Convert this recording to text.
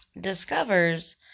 Discovers